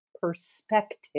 perspective